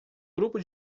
grupo